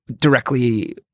directly